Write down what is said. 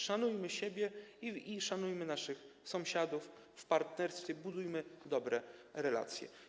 Szanujmy siebie i szanujmy naszych sąsiadów, w partnerstwie budujmy dobre relacje.